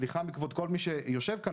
וסליחה מכבוד כל מי שיושב כאן,